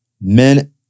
men